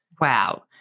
Wow